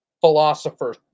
philosopher